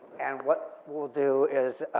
and what we'll do is